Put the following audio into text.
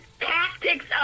tactics